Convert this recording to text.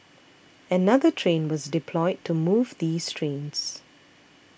another train was deployed to move these trains